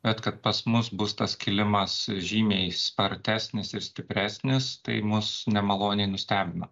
bet kad pas mus bus tas kilimas žymiai spartesnis ir stipresnis tai mus nemaloniai nustebino